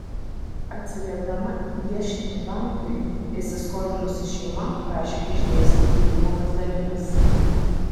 atsiliepdama į ieškinį bankui įsiskolinusi šeima prašė išdėstyti įmokas dalimis